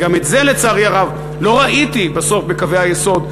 וגם את זה לצערי הרב לא ראיתי בסוף בקווי היסוד,